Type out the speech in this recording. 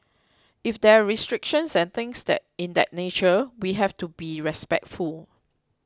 if there are restrictions and things in that nature we have to be respectful